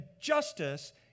justice